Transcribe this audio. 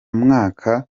mwaka